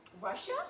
Russia